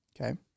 okay